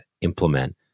implement